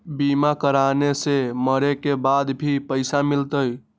बीमा कराने से मरे के बाद भी पईसा मिलहई?